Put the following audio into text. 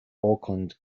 auckland